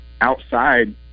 outside